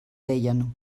deien